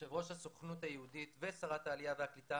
יושב ראש הסוכנות היהודית ושרת העלייה והקליטה